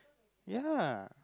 ya